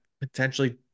potentially